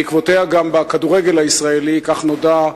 ובעקבותיה גם בכדורגל הישראלי, כך נודע,